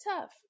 tough